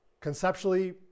Conceptually